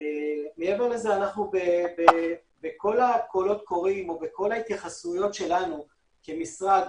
מעבר לזה בכל הקולות קוראים או בכל ההתייחסויות שלנו כמשרד,